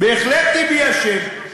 בהחלט טיבי אשם.